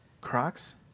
Crocs